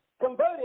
converted